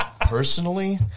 personally